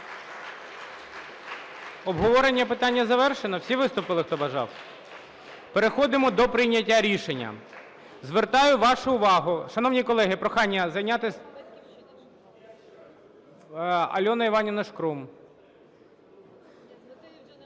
Обговорення питання завершено? Всі виступили, хто бажав? Переходимо до прийняття рішення. Звертаю вашу увагу… Шановні колеги, прохання зайняти… (Шум у залі) Альона Іванівна Шкрум.